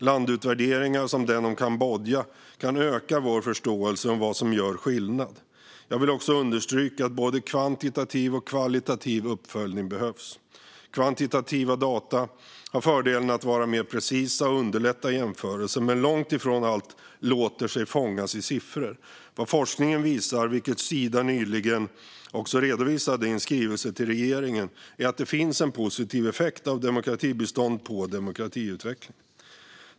Landutvärderingar, som den om Kambodja, kan öka vår förståelse för vad som gör skillnad. Jag vill också understryka att både kvantitativ och kvalitativ uppföljning behövs. Kvantitativa data har fördelen att vara mer precisa och underlätta jämförelser, men långt ifrån allt låter sig fångas i siffror. Vad forskningen visar, vilket Sida nyligen redovisade i en skrivelse till regeringen, är att det finns en positiv effekt av demokratibistånd på demokratiutveckling.